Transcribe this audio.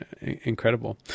incredible